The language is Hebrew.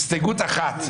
הסתייגות 1,